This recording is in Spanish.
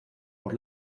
por